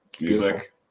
music